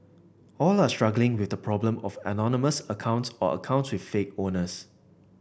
all are struggling with the problem of anonymous accounts or accounts with fake owners